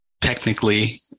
technically